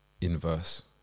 inverse